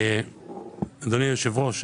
אדוני היושב-ראש,